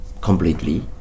completely